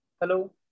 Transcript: hello